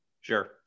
Sure